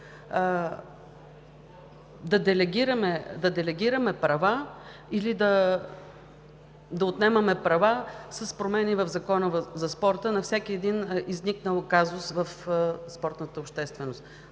да делегираме права или да отнемаме права с промени в Закона за спорта на всеки изникнал казус в спортната общественост.